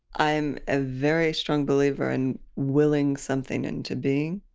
i'm a very strong believer in willing something into being.